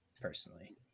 personally